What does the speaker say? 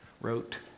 wrote